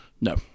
No